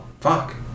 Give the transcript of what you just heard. fuck